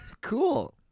Cool